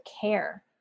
care